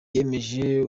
yemeje